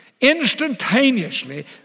instantaneously